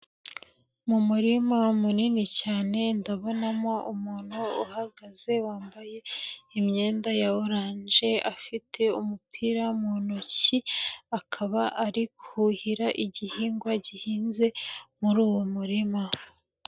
Mu murima munini cyane, ndabonamo umuntu uhagaze wambaye imyenda ya orange, afite umupira mu ntoki, akaba ari kuhira igihingwa gihinze muri uwo murima.